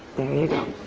there you go.